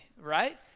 right